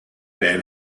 van